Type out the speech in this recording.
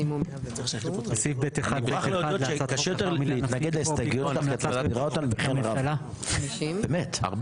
הצבעה בעד, 3 נגד, 8 נמנעים, אין לא